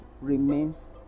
remains